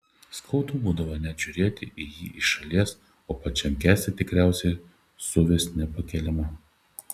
skaudu būdavo net žiūrėti į jį iš šalies o pačiam kęsti tikriausiai suvis nepakeliama